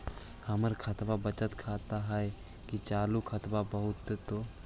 हमर खतबा बचत खाता हइ कि चालु खाता, बताहु तो?